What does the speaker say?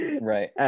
Right